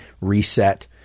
reset